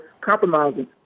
compromising